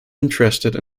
interested